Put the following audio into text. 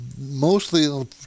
Mostly